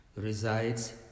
resides